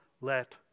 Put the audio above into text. let